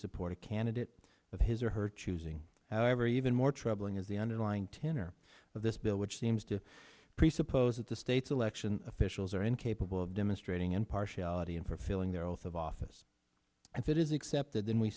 support a candidate of his or her choosing however even more troubling is the underlying tenor of this bill which seems to presuppose that the state's election officials are incapable of demonstrating impartiality and for filling their oath of office and it is accepted then we